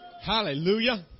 Hallelujah